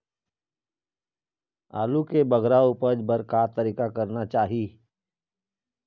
आलू के बगरा उपज बर का तरीका करना चाही?